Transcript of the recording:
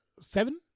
seven